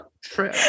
true